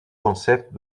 concepts